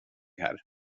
här